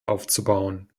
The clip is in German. aufzubauen